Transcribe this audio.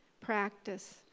Practice